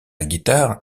guitare